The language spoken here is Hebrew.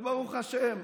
וברוך השם,